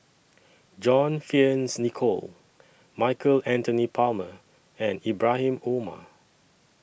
John Fearns Nicoll Michael Anthony Palmer and Ibrahim Omar